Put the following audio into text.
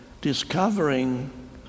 discovering